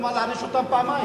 למה להעניש אותם פעמיים?